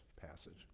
passage